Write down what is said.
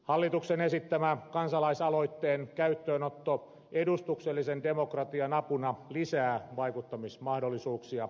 hallituksen esittämä kansalaisaloitteen käyttöönotto edustuksellisen demokratian apuna lisää vaikuttamismahdollisuuksia